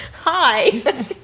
hi